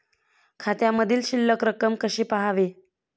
खात्यामधील शिल्लक रक्कम कशी पहावी?